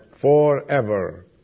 Forever